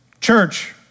Church